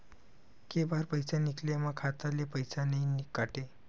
के बार पईसा निकले मा खाता ले पईसा नई काटे?